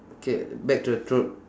K back to the road